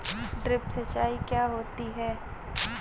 Drip सिंचाई क्या होती हैं?